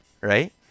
right